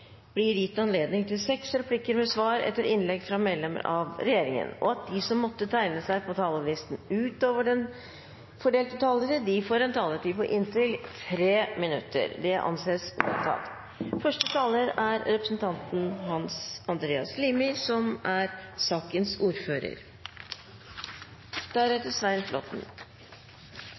blir gitt anledning til seks replikker med svar etter innlegg fra medlem av regjeringen innenfor den fordelte taletid, og at de som måtte tegne seg på talerlisten utover den fordelte taletid, får en taletid på inntil 3 minutter. – Det anses vedtatt. Barnearbeid og utnytting av barn er noko som